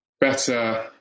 better